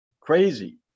Crazy